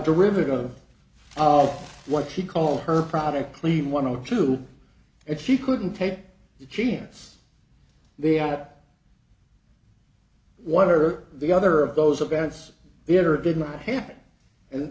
derivative of oh what she called her product clean one zero two and she couldn't take the chance they out one or the other of those events